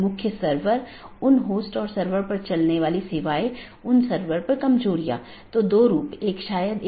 इसलिए सूचनाओं को ऑटॉनमस सिस्टमों के बीच आगे बढ़ाने का कोई रास्ता होना चाहिए और इसके लिए हम BGP को देखने की कोशिश करते हैं